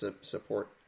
support